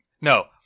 No